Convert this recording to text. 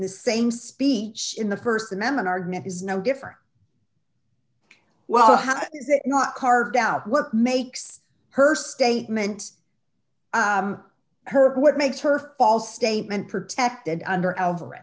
the same speech in the st amendment argument is no different well how is it not carved out what makes her statement her what makes her false statement protected under alvarez